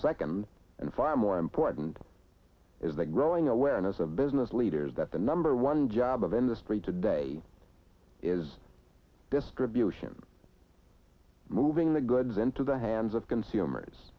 second and far more important is the growing awareness of business leaders that the number one job of in the street today is distribution moving the goods into the hands of consumers